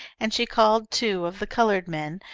and she called two of the coloured men,